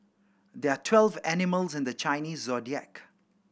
there are twelve animals in the Chinese Zodiac